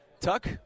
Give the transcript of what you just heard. Tuck